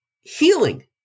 healing